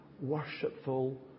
worshipful